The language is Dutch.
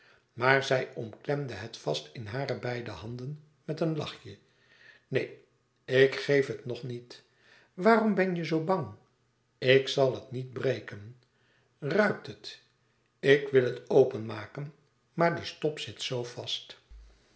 maar zij omklemde het vast in hare beide handen met een lachje neen ik geef het nog niet waarom ben je zoo bang ik zal het niet breken ruikt het ik wil het openmaken maar de stop zit zoo vast